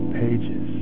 pages